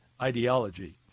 ideology